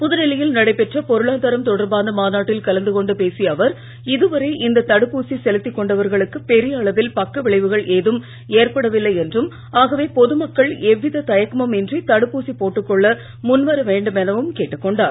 புதுடெல்லியில் நடைபெற்ற பொருளாதாரம் தொடர்பான மாநாட்டில் கலந்துகொண்டு பேசிய அவர் இதுவரை இந்த தடுப்பூசி செலுத்திக்கொண்டவர்களுக்கு பொிய அளவில் பக்கவிளைவுகள் ஏதும ஏற்படவில்லை என்றும் ஆகவே பொதுமக்கள் எவ்வித தயக்கமும் இன்றி தடுப்பூசி போட்டுக்கொள்ள முன்வரவேண்டும் என்றும் கேடடுக்கொண்டார்